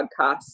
podcast